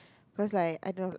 cause like I don't